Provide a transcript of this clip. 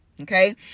okay